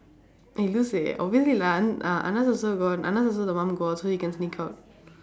eh lose eh obviously lah an~ uh anand also gone anand also the mom gone so he can sneak out